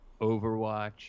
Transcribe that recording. Overwatch